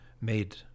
made